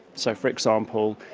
so, for example,